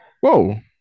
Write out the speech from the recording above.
Whoa